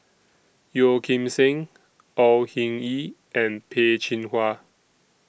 Yeo Kim Seng Au Hing Yee and Peh Chin Hua